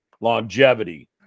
longevity